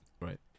Right